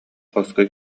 хоско